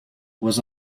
was